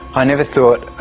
i never thought